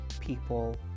people